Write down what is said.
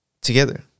together